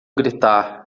gritar